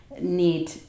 need